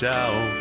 out